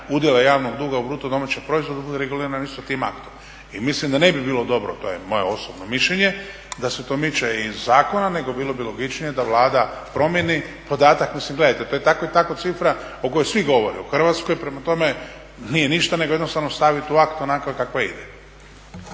povećanje javnog duga u BDP-u bude regulirana isto tim aktom. I mislim da ne bi bilo dobro, to je moje osobno mišljenje, da se to miče iz zakona nego bilo bi logičnije da Vlada promijeni podatak, mislim gledajte to je tako i tako cifra o kojoj svi govore u Hrvatskoj, prema tome nije ništa nego jednostavno stavit u akt onakva kakva ide.